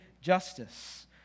justice